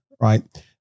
right